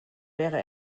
wäre